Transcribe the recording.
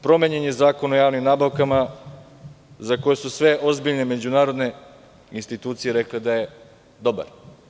Promenjen je Zakon o javnim nabavkama za koji su sve ozbiljne međunarodne institucije rekle da je dobar.